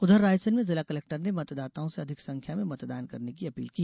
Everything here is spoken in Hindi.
उधर रायसेन में जिला कलेक्टर ने मतदाताओं से अधिक संख्या में मतदान करने की अपील की